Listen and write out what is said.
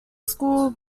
school